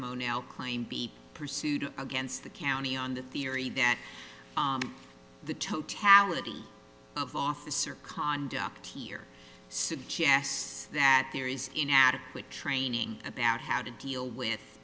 modelled claim be pursued against the county on the theory that the totality of officer conduct here suggests that there is inadequate training about how to deal with